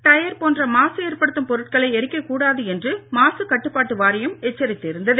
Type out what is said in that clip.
tyre போன்ற மாசு எற்படுத்தும் பொருட்களை எரிக்கக் கூடாது என்று மாசுக் கட்டுப்பாட்டு வாரியம் எச்சரித்து இருந்தது